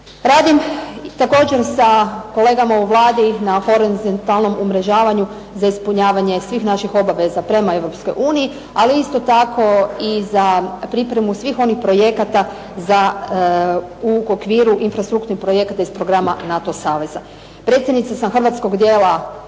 Radim također sa kolegama u Vladi na horizontalnom umrežavanju za ispunjavanje svih naših obaveza prema EU, ali isto tako i za pripremu svih onih projekata u okviru infrastrukturnih projekata iz programa NATO saveza. Predsjednica sam hrvatskog dijela